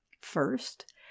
First